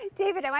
david, i mean